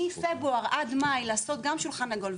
מפברואר עד מאי לעשות גם שולחן עגול,